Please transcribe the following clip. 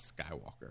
Skywalker